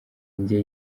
njye